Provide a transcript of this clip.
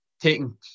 taking